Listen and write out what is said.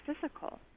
physical